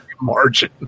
margin